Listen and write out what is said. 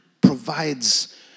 provides